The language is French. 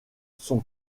son